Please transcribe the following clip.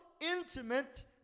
intimate